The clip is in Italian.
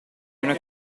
una